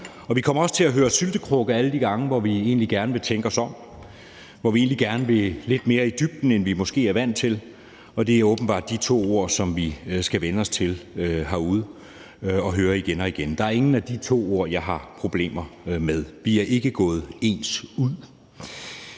Og vi kommer også til at høre »syltekrukke« alle de gange, hvor vi egentlig gerne vil tænke os om, og hvor vi egentlig gerne vil lidt mere i dybden, end vi måske er vant til, og det er åbenbart de to ord, som vi skal vænne os til at høre igen og igen. Der er ingen af de to ord, jeg har problemer med. Vi er ikke gået ens ud.